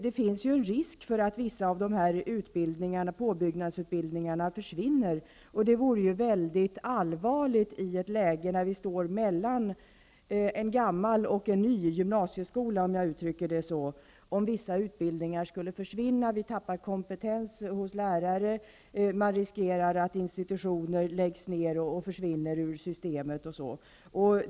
Det finns en risk för att vissa av dessa påbyggnadsutbildningar försvinner. Det vore mycket allvarligt i ett läge där vi står mellan en gammal och en ny gymnasieskola, om jag uttrycker det så, om vissa utbildningar skulle försvinna. Vi tappar kompetens hos lärare, och man riskerar att institutioner läggs ner och försvinner ur systemet.